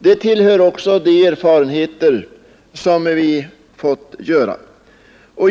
Det tillhör också de erfarenheter som vi fått göra.